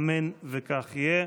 אמן שכך יהיה.